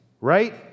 right